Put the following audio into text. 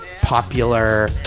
popular